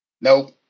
Nope